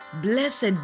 Blessed